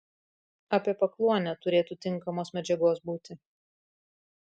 apie pakluonę turėtų tinkamos medžiagos būti